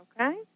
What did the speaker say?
Okay